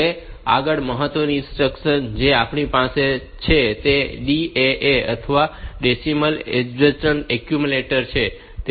હવે આગળ મહત્વની ઇન્સ્ટ્રક્શન જે આપણી પાસે છે તે DAA અથવા ડેસિમલ એડજસ્ટ એક્યુમ્યુલેટર છે